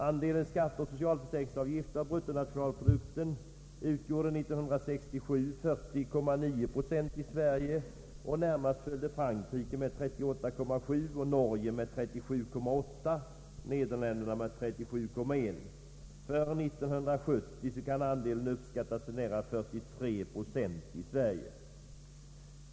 Skatternas och socialförsäkringarnas andel av bruttonationalprodukten utgjorde 1967 40,9 procent i Sverige; närmast följde Frankrike med 38,7, Norge med 37,8 och Nederländerna med 37,1. För 1970 kan andelen uppskattas till nära 43 procent i Sverige.